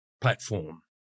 platform